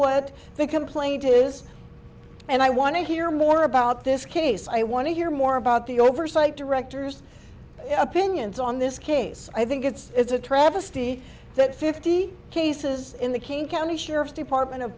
what the complaint is and i want to hear more about this case i want to hear more about the oversight director's opinions on this case i think it's a travesty that fifty cases in the king county sheriff's department of